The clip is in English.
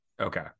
okay